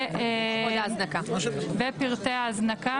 ופרטי ההזנקה?